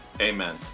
Amen